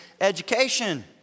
education